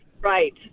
right